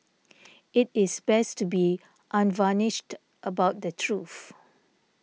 it is best to be unvarnished about the truth